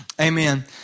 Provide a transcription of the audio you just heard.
Amen